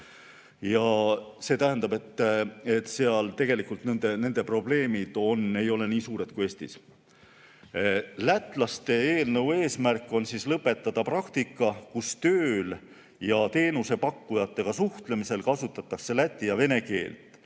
Ja see tähendab, et seal tegelikult need probleemid ei ole nii suured kui Eestis. Lätlaste eelnõu eesmärk on lõpetada praktika, kus tööl ja teenusepakkujatega suhtlemisel kasutatakse läti ja vene keelt.